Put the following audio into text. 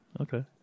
Okay